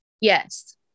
Yes